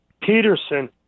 Peterson